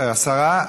השרה?